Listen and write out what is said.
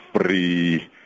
free